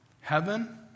Heaven